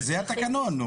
זה התקנון.